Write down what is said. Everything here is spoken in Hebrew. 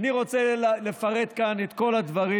איני רוצה לפרט כאן את כל הדברים,